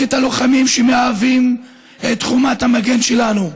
את הלוחמים שמהווים את חומת המגן שלנו,